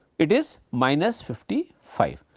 it is minus fifty five.